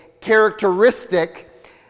characteristic